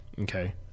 Okay